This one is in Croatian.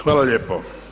Hvala lijepo.